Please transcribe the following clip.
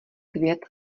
květ